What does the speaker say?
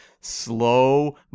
slow